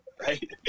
right